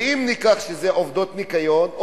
ואם אלה עובדות ניקיון,